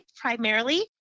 primarily